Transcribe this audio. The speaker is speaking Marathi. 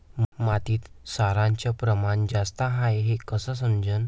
मातीत क्षाराचं प्रमान जास्त हाये हे कस समजन?